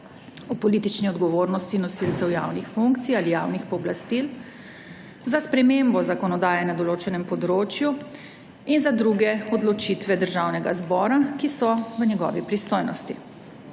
o politični odgovornosti nosilcev javnih funkcij ali javnih pooblastil, za spremembo zakonodaje na določenem področju in za druge odločitve Državnega zbora, ki so v njegovi pristojnosti.